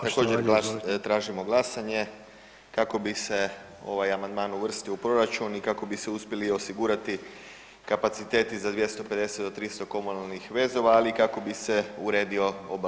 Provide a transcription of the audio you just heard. Također tražimo glasanje kako bi se ovaj amandman uvrstio u proračun i kako bi se uspjeli osigurati kapaciteti za 250 do 300 komunalnih vezova, ali i kako bi se uredio obalni pojas.